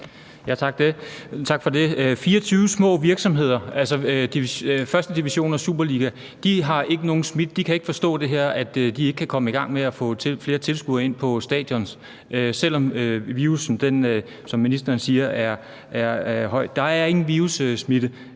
Tak for det. 24 små virksomheder, altså 1. division og superligaen, har ikke nogen smitte, og de kan ikke forstå, at de ikke kan komme i gang med at få flere tilskuere ind på stadion, selv om virustallene, som ministeren siger, er høje. Der er ingen virussmitte